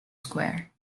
square